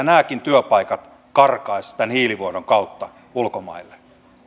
nämäkin työpaikat karkaisivat tämän hiilivuodon kautta ulkomaille